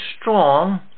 strong